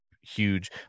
huge